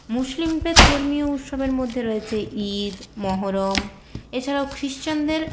মুসলিমদের ধর্মীয় উৎসবের মধ্যে রয়েছে ঈদ মহরম এছাড়াও খ্রিশ্চানদের